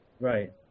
Right